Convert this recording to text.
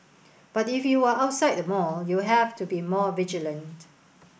but if you are outside the mall you have to be more vigilant